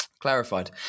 clarified